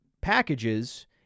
packages